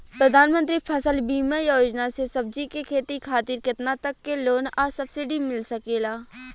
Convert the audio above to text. प्रधानमंत्री फसल बीमा योजना से सब्जी के खेती खातिर केतना तक के लोन आ सब्सिडी मिल सकेला?